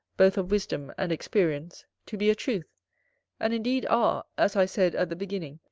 both of wisdom and experience, to be a truth and indeed are, as i said at the beginning,